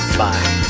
bye